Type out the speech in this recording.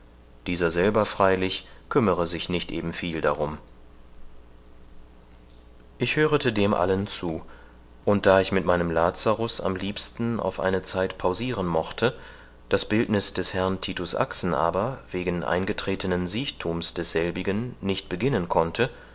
dieser selber freilich kümmere sich nicht eben viel darum ich hörete dem allen zu und da ich mit meinem lazarus am liebsten auf eine zeit pausiren mochte das bildniß des herrn titus axen aber wegen eingetretenen siechthums desselbigen nicht beginnen konnte